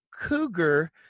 Cougar